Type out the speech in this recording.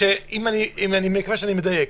אני מקווה שאני מדייק,